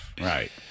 Right